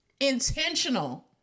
intentional